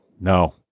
No